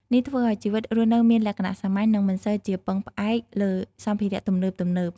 នេះធ្វើឲ្យជីវិតរស់នៅមានលក្ខណៈសាមញ្ញ និងមិនសូវជាពឹងផ្អែកលើសម្ភារៈទំនើបៗ។